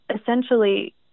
essentially